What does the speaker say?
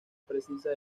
precisa